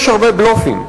יש הרבה בלופים,